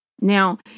Now